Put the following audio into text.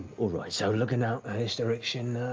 all right so looking out this direction,